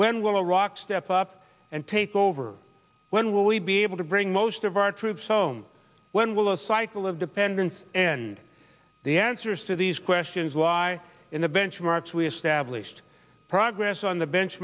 will rock step up and take over when will we be able to bring most of our troops home when will a cycle of dependence and the answers to these questions lie in the benchmarks we established progress on the bench